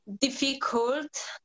difficult